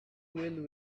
will